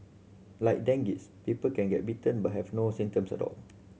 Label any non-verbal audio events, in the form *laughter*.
like dengue *unintelligible* people can get bitten but have no symptoms at all